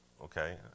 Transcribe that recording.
Okay